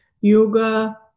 yoga